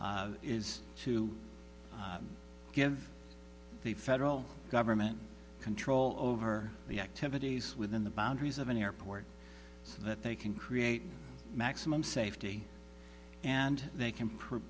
is to give the federal government control over the activities within the boundaries of an airport so that they can create maximum safety and they can prove